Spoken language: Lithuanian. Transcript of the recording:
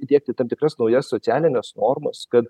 įdiegti tam tikras naujas socialines normas kad